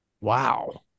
wow